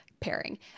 pairing